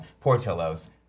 Portillo's